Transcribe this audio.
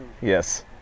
Yes